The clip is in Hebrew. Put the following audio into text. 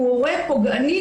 הוא הורה פוגעני.